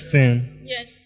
Yes